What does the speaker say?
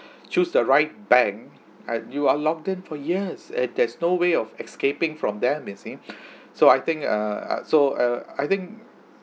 choose the right bank I you are lock in for years and there's no way of escaping from them you see so I think err so uh I think